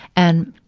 and,